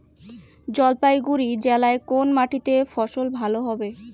জলপাইগুড়ি জেলায় কোন মাটিতে ফসল ভালো হবে?